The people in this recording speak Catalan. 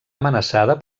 amenaçada